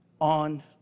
on